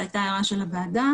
זה ברור.